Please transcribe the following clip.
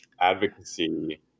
advocacy